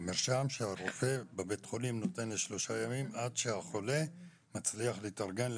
המרשם שרופא בבית חולים נותן לשלושה ימים עד שהחולה מצליח להתארגן.